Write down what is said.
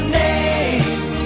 name